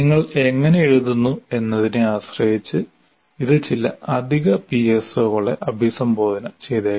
നിങ്ങൾ എങ്ങനെ എഴുതുന്നു എന്നതിനെ ആശ്രയിച്ച് ഇത് ചില അധിക പിഎസ്ഒകളെ അഭിസംബോധന ചെയ്തേക്കാം